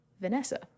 Vanessa